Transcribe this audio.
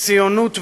ציונות ושוויוניות.